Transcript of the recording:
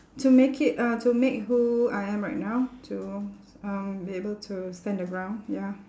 to make it uh to make who I am right now to um be able to stand the ground ya